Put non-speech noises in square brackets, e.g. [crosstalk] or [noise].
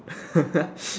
[laughs]